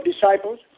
disciples